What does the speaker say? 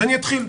ואני אתחיל,